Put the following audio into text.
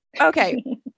Okay